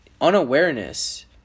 unawareness